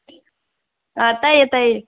ꯇꯥꯏꯌꯦ ꯇꯥꯏꯌꯦ